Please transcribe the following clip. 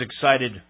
excited